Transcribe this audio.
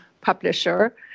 publisher